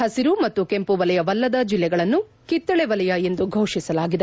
ಹಸಿರು ಮತ್ತು ಕೆಂಪು ವಲಯವಲ್ಲದ ಜಿಲ್ಲೆಗಳನ್ನು ಕಿತ್ತಳೆ ವಲಯ ಎಂದು ಘೋಷಿಸಲಾಗಿದೆ